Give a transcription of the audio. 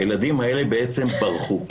הילדים האלה בעצם ברחו,